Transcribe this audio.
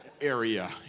area